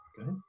Okay